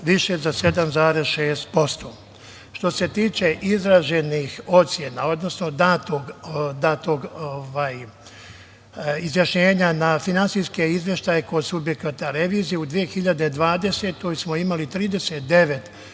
više za 7,6%.Što se tiče izraženih ocena, odnosno datog izjašnjenja na finansijske izveštaje kod subjekata revizije, u 2020. godini smo imali 39